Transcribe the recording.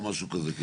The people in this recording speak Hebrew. או משהו כזה.